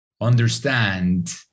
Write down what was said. understand